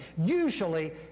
Usually